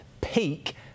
peak